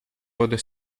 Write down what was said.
order